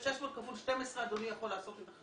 אנחנו לא צריכים לספוג את זה כי הוא יושב אצלנו